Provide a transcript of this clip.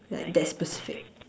like that specific